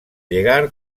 llegar